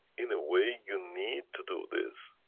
in a way, you need to do this,